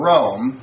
Rome